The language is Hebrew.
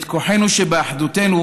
את כוחנו שבאחדותנו,